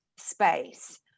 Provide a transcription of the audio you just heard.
space